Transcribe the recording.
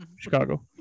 Chicago